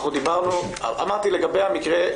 אמרתי לגבי המקרה,